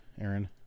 Aaron